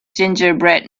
gingerbread